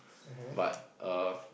but err